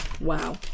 Wow